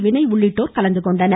வினய் உள்ளிட்டோர் கலந்துகொண்டனர்